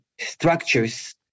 structures